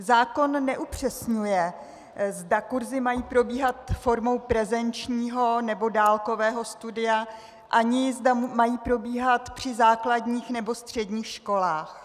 Zákon neupřesňuje, zda kurzy mají probíhat formou prezenčního, nebo dálkového studia ani zda mají probíhat při základních, nebo středních školách.